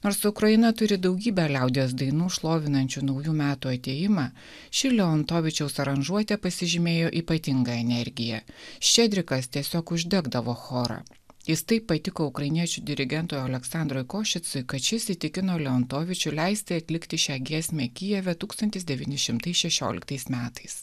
nors ukraina turi daugybę liaudies dainų šlovinančių naujų metų atėjimą ši leontovičiaus aranžuotė pasižymėjo ypatinga energija ščedrikas tiesiog uždegdavo chorą jis taip patiko ukrainiečių dirigentui aleksandrui košicui kad šis įtikino leontovičių leisti atlikti šią giesmę kijeve tūkstantis devyni šimtai šešioliktais metais